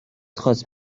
خواست